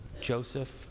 Joseph